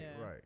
right